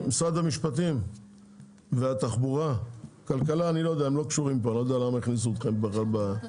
משרד הכלכלה לא קשור לזה.